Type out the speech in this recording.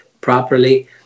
properly